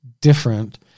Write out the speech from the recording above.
different